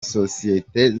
sosiyete